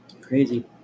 crazy